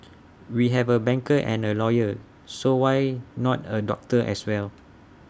we have A banker and A lawyer so why not A doctor as well